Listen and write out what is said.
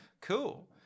Cool